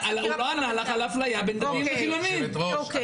זה לא עניין של שר כזה או אחר